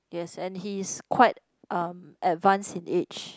yes and he is quite uh advanced in age